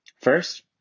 First